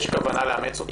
יש כוונה לאמץ אותו?